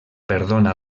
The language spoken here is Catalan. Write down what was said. perdona